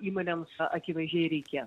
įmonėms akivaizdžiai reikės